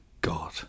God